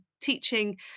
teaching